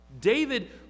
David